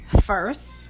first